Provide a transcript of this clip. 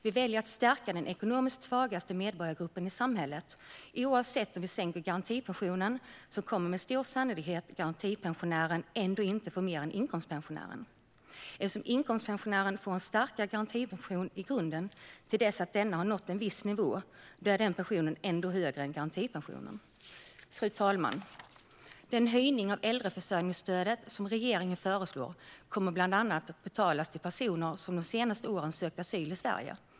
Vi väljer att stärka den ekonomiskt svagaste medborgargruppen i samhället. Oavsett om vi stärker garantipensionen kommer med stor sannolikhet garantipensionären ändå inte att få mer än inkomstpensionären. Eftersom inkomstpensionären får en starkare garantipension i grunden till dess att denna har nått en viss nivå är den pensionen ändå högre än garantipensionen. Fru talman! Den höjning av äldreförsörjningsstödet som regeringen föreslår kommer bland annat att betalas till personer som de senaste åren sökt asyl i Sverige.